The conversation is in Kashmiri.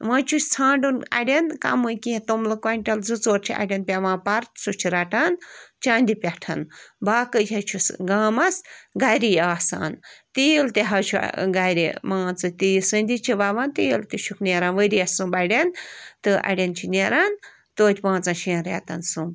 وۄنۍ چھُس ژھانٛڈُن اَڑٮ۪ن کَمٕے کیٚنہہ توٚملہٕ کویِنٹَل زٕ ژور چھِ اَڑٮ۪ن پٮ۪وان پَرٕ سُہ چھِ رَٹان چَنٛدِ پٮ۪ٹھ باقٕے حظ چھُس گامَس گَری آسان تیٖل تہِ حظ چھُ گَرِ مان ژٕ تی یہِ سٔنٛدِج چھِ وَوان تیٖل تہِ چھُکھ نیران ؤرِیَس سُمٛب اَڑٮ۪ن تہٕ اَڑٮ۪ن چھُ نیران توتہِ پانٛژَن شٮ۪ن رٮ۪تَن سُمٛب